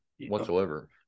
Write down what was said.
whatsoever